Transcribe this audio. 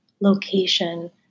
location